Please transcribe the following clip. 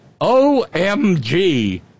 OMG